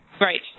Right